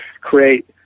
create